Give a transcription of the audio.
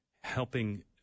helping